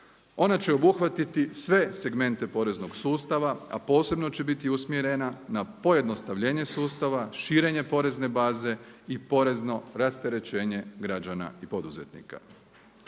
Ona će obuhvatiti sve segmente poreznog sustava, a posebno će biti usmjerena na pojednostavljenje sustava, širenje porezne baze i porezno rasterećenje građana i poduzetnika.